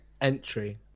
entry